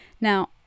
now